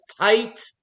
tight